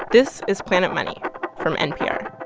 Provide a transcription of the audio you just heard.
this is planet money from npr